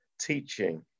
teaching